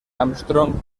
armstrong